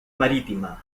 marítima